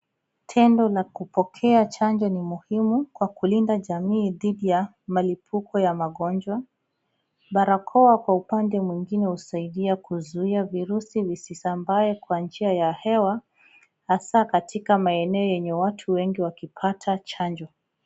Tendo la kupokea chanjo ni muhimu kwa kulinda jamii dhithi ya malipuko ya magonjwa, barakoa kwa upande mwingine husaidia kuzuia virusi zisisambe kwa njia ya hewa hasaa katika maeneo yenye watu wengi wakipata chanjo.